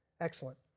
Excellent